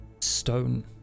stone